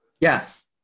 Yes